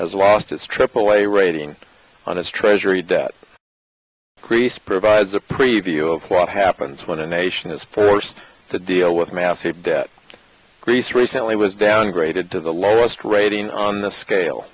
has lost its aaa rating on its treasury debt greece provides a preview of what happens when a nation is forced to deal with massive debt greece recently was downgraded to the lowest rating on the scale